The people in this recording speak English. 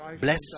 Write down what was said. bless